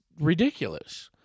ridiculous